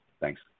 Thanks